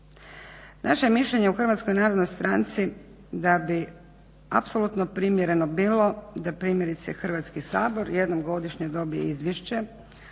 Naše je mišljenje u Hrvatskoj narodnoj stranci da bi apsolutno primjereno bilo da primjerice Hrvatski sabor jednom godišnje dobije izvješće